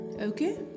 okay